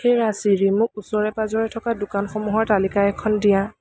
হেৰা চিৰি মোক ওচৰে পাঁজৰে থকা দোকানসমূহৰ তালিকা এখন দিয়া